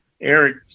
Eric